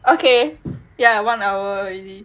okay ya one hour already